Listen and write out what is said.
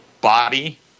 Body